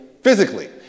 physically